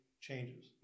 changes